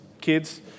Kids